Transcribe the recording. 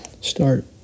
start